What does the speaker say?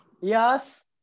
Yes